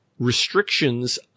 restrictions